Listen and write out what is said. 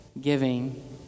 giving